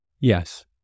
Yes